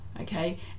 okay